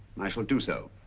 i shall do so.